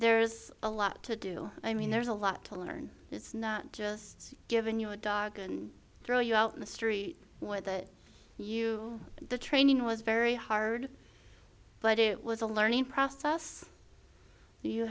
there is a lot to do i mean there's a lot to learn it's not just given you a dog and throw you out in the street what that you the training was very hard but it was a learning process you